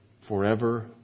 forever